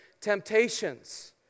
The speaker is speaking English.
temptations